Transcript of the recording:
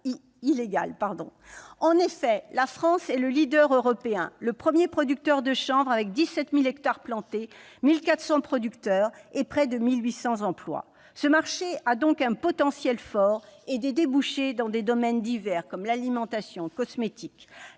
En effet, la France est le leader européen, le premier producteur de chanvre avec 17 000 hectares plantés, 1 400 producteurs et près de 1 800 emplois. Ce marché a donc un fort potentiel et trouvera des débouchés dans divers domaines, comme l'alimentation ou les cosmétiques.